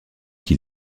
qui